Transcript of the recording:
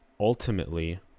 Ultimately